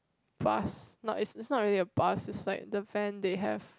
bus not it's it's not really a buses like the van they have